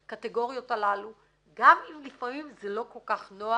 הקטגוריות הללו גם אם לפעמים זה לא כל כך נוח